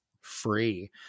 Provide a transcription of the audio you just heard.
free